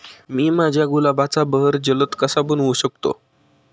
मी माझ्या गुलाबाचा बहर जलद कसा बनवू शकतो?